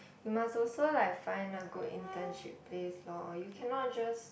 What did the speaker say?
you must also like find a good internship place loh you cannot just